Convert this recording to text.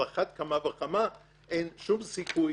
אבל על אחת כמה וכמה אין שום סיכוי